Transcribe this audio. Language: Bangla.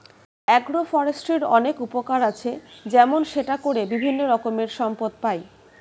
অ্যাগ্রো ফরেস্ট্রির অনেক উপকার আছে, যেমন সেটা করে বিভিন্ন রকমের সম্পদ পাই